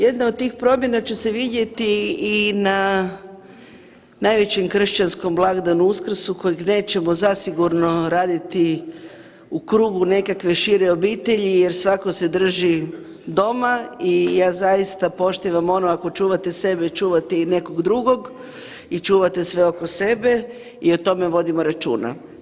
Jedna od tih promjena će se vidjeti i na najvećem kršćanskom blagdanu Uskrsu kojeg nećemo zasigurno raditi u krugu nekakve šire obitelji jer svatko se drži doma i ja zaista poštivam ono ako čuvate sebe, čuvate i nekog drugog i čuvate sve oko sebe i o tome vodimo računa.